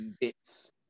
bits